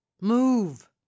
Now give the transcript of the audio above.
Move